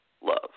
love